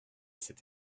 cet